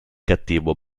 cattivo